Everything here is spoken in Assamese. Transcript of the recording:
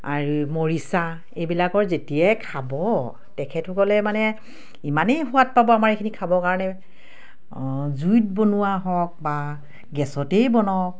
আৰু মৰিচা এইবিলাকৰ যেতিয়াই খাব তেখেতসকলে মানে ইমানেই সোৱাদ পাব আমাৰ এইখিনি খাবৰ কাৰণে জুইত বনোৱা হওক বা গেছতেই বনাওঁ